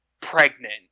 pregnant